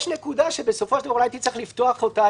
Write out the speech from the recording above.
יש נקודה שבסופו של דבר אולי הייתי צריך לפתוח אותה,